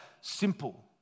simple